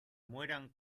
mueran